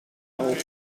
auf